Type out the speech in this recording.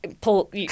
pull